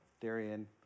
Darian